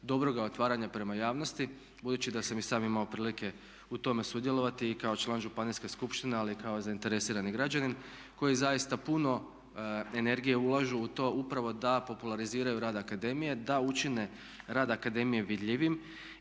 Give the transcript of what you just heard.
dobroga otvaranja prema javnosti budući da sam i sam imao prilike u tome sudjelovati i kao član županijske skupštine ali i kao zainteresirani građanin koji zaista puno energije ulažu u to upravo da populariziraju rad akademije, da učine rad akademije vidljivim